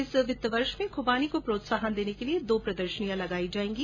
इस वित्त वर्ष में खुबानी को प्रोत्साहन देने के लिए दो प्रदर्शनी लगाई जाएंगी